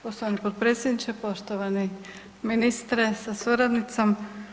Poštovani potpredsjedniče, poštovani ministre sa suradnicom.